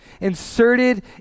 inserted